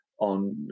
on